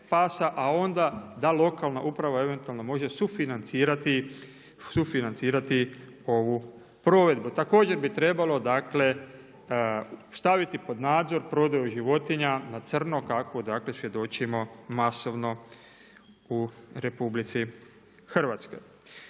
a onda da lokalna uprava eventualno može sufinancirati ovu provedbu. Također bi trebalo, dakle staviti pod nadzor prodaju životinja na crno kako dakle svjedočimo masovno u RH.